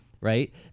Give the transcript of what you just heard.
right